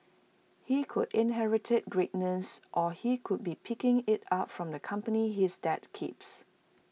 he could inherit greatness or he could be picking IT up from the company his dad keeps